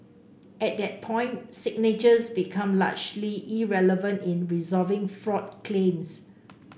at that point signatures became largely irrelevant in resolving fraud claims